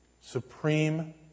Supreme